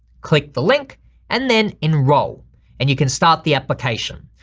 click the link and then enroll and you can start the application.